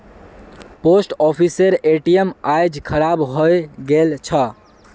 post ऑफिसेर ATM आइज खराब हइ गेल छ